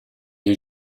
est